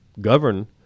govern